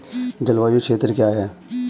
जलवायु क्षेत्र क्या है?